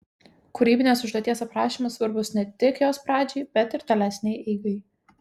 kūrybinės užduoties aprašymas svarbus ne tik jos pradžiai bet ir tolesnei eigai